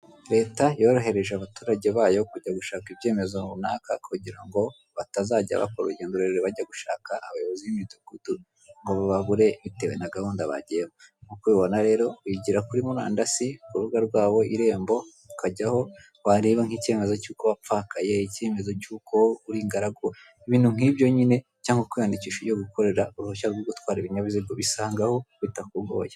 Leta yorohereje abaturage bayo kujya gushaka ibyemezo runaka kugirango batazajya bakora urugendo rurerure bajya gushaka abayobozi b'imidugudu ngo bababure bitewe na gahunda bagiyemo, nkuko ubibona rero wigira kuri murandasi, ku rubuga rwabo irembo, ukajyaho wareba nk'icyemezo cy'uko wapfakaye, icyemezo cy'uko uri ingaragu, ibintu nkibyo nyine, cyangwa kwiyandikisha ugiye gukorera uruhushya rwo gutwara ibinyabiziga. Ubisangaho bitakugoye.